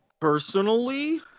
Personally